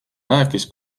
rääkis